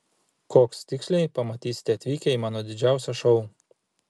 koks tiksliai pamatysite atvykę į mano didžiausią šou